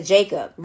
Jacob